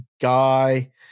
guy